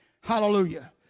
Hallelujah